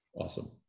Awesome